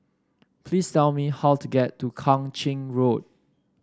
please tell me how to get to Kang Ching Road